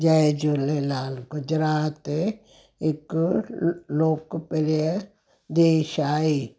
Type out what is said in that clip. जय झूलेलाल गुजरात हिक लोकप्रिय देश आहे